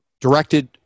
directed